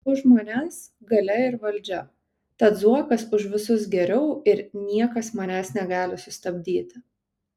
už manęs galia ir valdžia tad zuokas už visus geriau ir niekas manęs negali sustabdyti